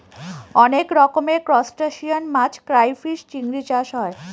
অনেক রকমের ত্রুসটাসিয়ান মাছ ক্রাইফিষ, চিংড়ি চাষ হয়